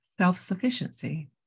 self-sufficiency